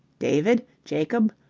david, jacob,